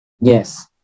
Yes